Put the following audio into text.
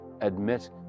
Admit